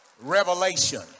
Revelation